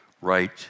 right